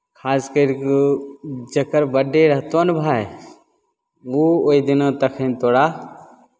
खास करि कऽ जकर बड्डे रहतौ ने भाय ओ ओहि दिना तखन तोरा